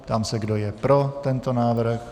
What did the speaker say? Ptám se, kdo je pro tento návrh.